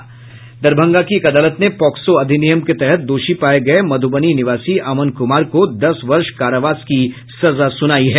दरभंगा की एक अदालत ने पॉक्सो अधिनियम के तहत दोषी पाये गये मध्रबनी निवासी अमन कुमार को दस वर्ष कारावास की सजा सुनायी है